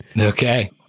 Okay